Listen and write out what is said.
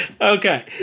Okay